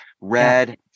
Red